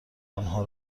آنها